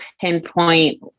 pinpoint